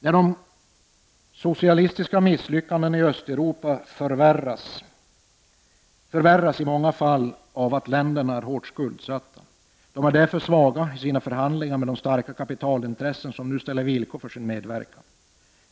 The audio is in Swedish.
När det socialistiska misslyckandet i Östeuropa förvärras beror det i många fall på att länderna är hårt skuldsatta. De är därför svaga i sina förhandlingar med de starka kapitalintressen som nu ställer villkor för sin medverkan.